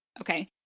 Okay